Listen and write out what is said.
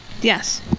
Yes